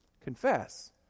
Confess